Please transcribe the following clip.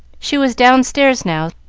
she was downstairs now,